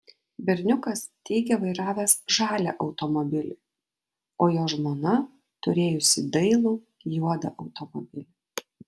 berniukas teigė vairavęs žalią automobilį o jo žmona turėjusi dailų juodą automobilį